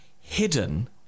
hidden